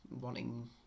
wanting